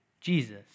Jesus